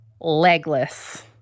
legless